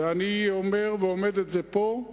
אני אומר, ועומד על זה פה,